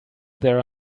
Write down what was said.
there